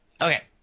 Okay